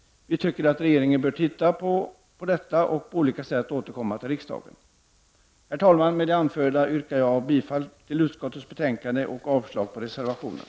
Vi tycker att regeringen bör se över detta och på olika sätt återkomma till riksdagen. Herr talman! Med det anförda yrkar jag bifall till hemställan i utskottets betänkande och avslag på reservationerna.